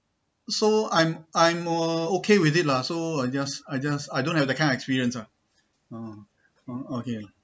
so I'm I'm uh okay with it lah so I just I just I don't have that kind of experience lah oh oh okay